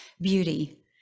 beauty